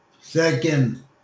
Second